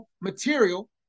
material